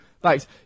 thanks